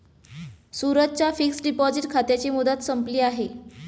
सूरजच्या fixed deposit खात्याची मुदत संपली आहे